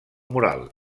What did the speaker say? mural